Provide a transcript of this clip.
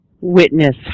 witness